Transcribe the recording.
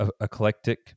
eclectic